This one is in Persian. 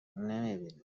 نمیبینه